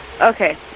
Okay